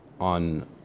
on